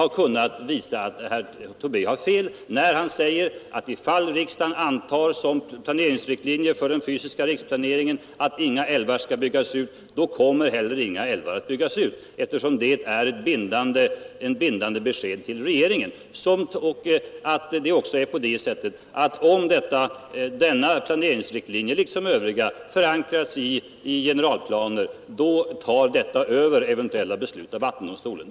Det måste därför vara klarlagt nu att ifall riksdagen beslutar att som planeringsriktlinje för den fysiska riksplaneringen fastslå att inga älvar skall byggas ut, så kommer heller inga älvar att byggas ut, eftersom detta är ett bindande besked till regeringen. Det är på det sättet att denna planeringsriktlinje, liksom de övriga, skall förankras i generalplanen. Om man i en generalplan för det här området säger nej till kraftverksbyggen så tar detta över eventuella beslut av vattendomstolen.